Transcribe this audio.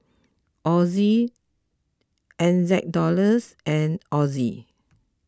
Aud N Z dollars and Aud